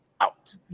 out